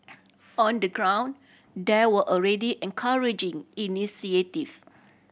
on the ground there were already encouraging initiative